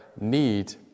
need